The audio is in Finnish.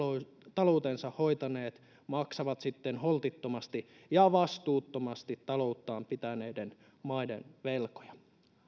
taloutensa hoitaneet maksavat holtittomasti ja vastuuttomasti talouttaan pitäneiden maiden velkoja